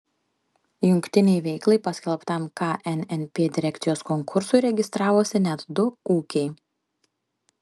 jungtinei veiklai paskelbtam knnp direkcijos konkursui registravosi net du ūkiai